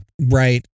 Right